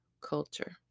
culture